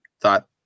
thought